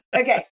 Okay